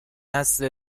نسل